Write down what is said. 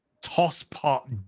toss-pot